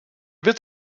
wird